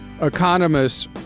economists